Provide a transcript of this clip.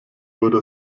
wurde